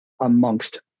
amongst